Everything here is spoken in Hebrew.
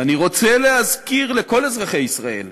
ואני רוצה להזכיר לכל אזרחי ישראל,